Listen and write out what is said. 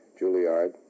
Juilliard